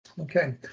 Okay